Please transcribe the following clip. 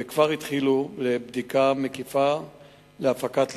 וכבר התחילו בבדיקה מקיפה להפקת לקחים.